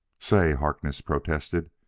say, harkness protested,